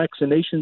vaccinations